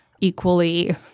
equally